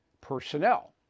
personnel